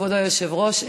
כבוד היושב-ראש,